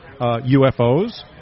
UFOs